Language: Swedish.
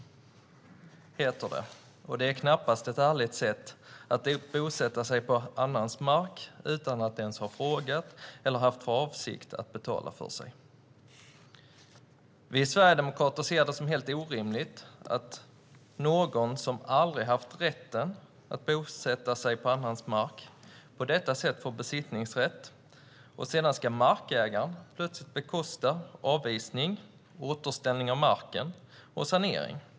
Det är knappast ett ärligt sätt att bosätta sig på annans mark utan att ens ha frågat eller haft för avsikt att betala för sig. Vi sverigedemokrater ser det som helt orimligt att någon som aldrig haft rätten att bosätta sig på annans mark får besittningsrätt på detta sätt, och sedan ska markägaren plötsligt bekosta avvisning, återställning av marken och sanering.